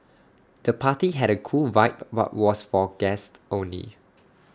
the party had A cool vibe but was for guests only